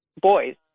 boys